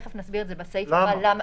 תכף נסביר בסעיף הבא למה -- למה?